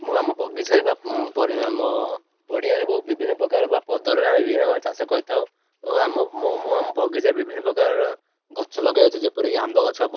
ମୁଁ ଆମ ବଗିଚାରେ ବା ଆମ ପଡ଼ିଆରେ ବହୁ ବିଭିନ୍ନ ପ୍ରକାର ବା ଆମେ ବିଭିନ୍ନ ପ୍ରକାର ଚାଷ କରିଥାଉ ଓ ଆମ ମୁଁ ମୁଁ ଆମ ବଗିଚାରେ ବିଭିନ୍ନ ପ୍ରକାରର ଗଛ ଲଗାଇଅଛି ଯେପରିକି ଆମ୍ବ ଗଛ